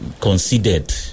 considered